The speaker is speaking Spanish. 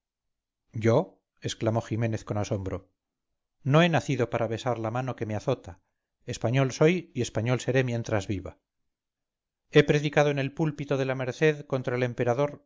yo exclamó ximénez con asombro no he nacido para besar la mano que me azota español soy y español seré mientras viva he predicado en el púlpito de la merced contra el emperador